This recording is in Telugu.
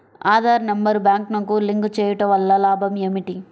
ఆధార్ నెంబర్ బ్యాంక్నకు లింక్ చేయుటవల్ల లాభం ఏమిటి?